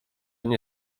nie